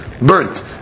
burnt